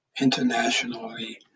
internationally